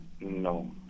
No